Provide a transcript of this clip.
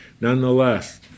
nonetheless